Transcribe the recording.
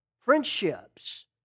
Friendships